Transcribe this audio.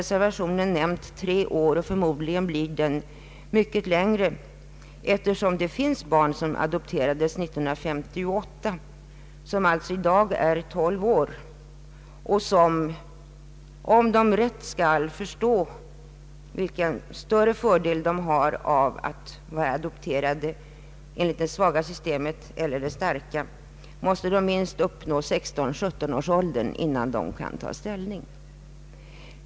I reservationen nämns tre år, men förmodligen kommer det att ta mycket längre tid. Det finns nämligen barn som adopterades 1958 och alltså i dag är 12 år och som om de rätt skall förstå vilken större fördel de har av att vara adopterade enligt det svaga alternativt det starka systemet måste uppnå minst 16—17 års ålder.